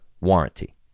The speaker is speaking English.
warranty